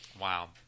Wow